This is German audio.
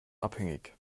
abhängig